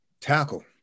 Tackle